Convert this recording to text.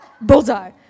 bullseye